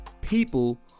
people